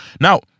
Now